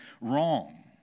wrong